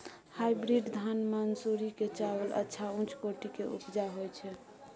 Hybrid धान मानसुरी के चावल अच्छा उच्च कोटि के उपजा होय छै?